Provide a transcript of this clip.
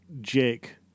Jake